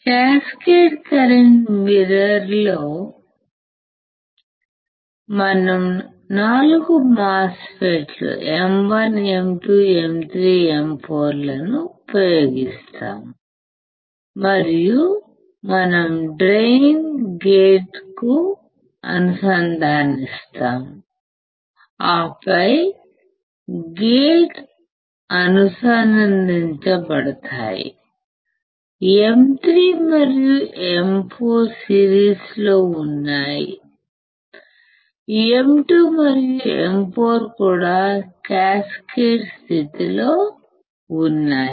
cascade current మిర్రర్లో మనం 4 MOSFETs M1 M2 M3 M4 ను ఉపయోగిస్తాము మరియు మనం డ్రైన్ ను గేట్ కు అనుసంధానిస్తాము ఆపై గేట్లు అనుసంధానించ బడతాయి M3 మరియు M4 సిరీస్లో ఉన్నాయి M2 మరియు M4 కూడా క్యాస్కేడ్ స్థితిలో ఉన్నాయి